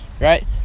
right